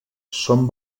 som